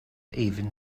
even